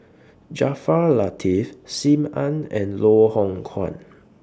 Jaafar Latiff SIM Ann and Loh Hoong Kwan